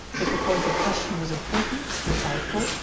if the point in question was important or doubtful,